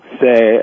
say